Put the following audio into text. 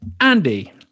Andy